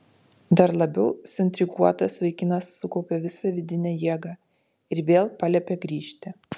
dar labiau suintriguotas vaikinas sukaupė visą vidinę jėgą ir vėl paliepė grįžti